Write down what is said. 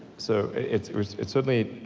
so, it's it's certainly,